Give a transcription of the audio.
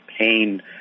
pain